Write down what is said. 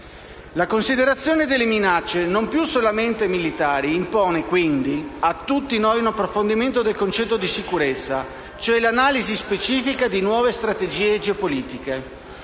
La considerazione delle minacce non più solamente militari impone, quindi, a tutti noi un approfondimento del concetto di sicurezza, cioè l'analisi specifica di nuove strategie geopolitiche.